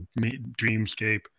dreamscape